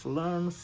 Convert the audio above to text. learn